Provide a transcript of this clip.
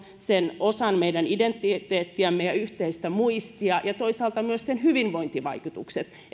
osana meidän identiteettiämme ja yhteistä muistiamme ja toisaalta myös sen hyvinvointivaikutukset